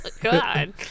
God